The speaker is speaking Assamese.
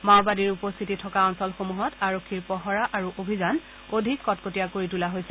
মাওবাদীৰ উপস্থিতি থকা অঞ্চলসমূহত আৰক্ষীৰ পহৰা আৰু অভিযান অধিক কটকটীয়া কৰি তোলা হৈছে